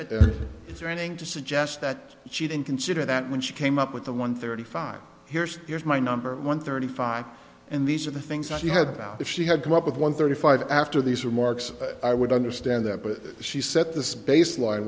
training to suggest that she didn't consider that when she came up with the one thirty five here's here's my number one thirty five and these are the things that you have now if she had come up with one thirty five after these remarks i would understand that but she set this baseline